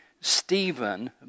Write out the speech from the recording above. Stephen